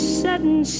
sudden